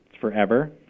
forever